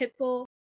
Pitbull